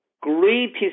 greatest